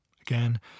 Again